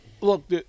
look